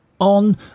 On